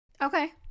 okay